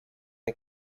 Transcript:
the